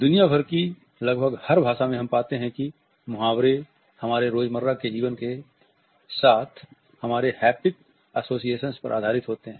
दुनिया की लगभग हर भाषा में हम पाते हैं कि मुहावरे हमारे रोजमर्रा के जीवन के साथ हमारे हैप्टिक एसोसिएशन पर आधारित होते हैं